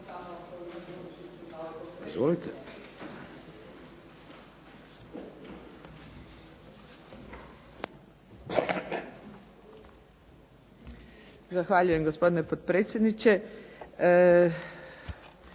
Zahvaljujem gospodine potpredsjedniče.